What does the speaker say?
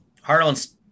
Harlan's